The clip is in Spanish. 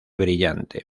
brillante